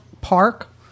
Park